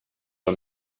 och